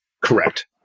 Correct